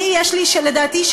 לדעתי,